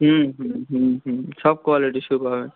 হুম হুম হুম হুম সব কোয়ালিটি শো করাবে